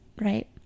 right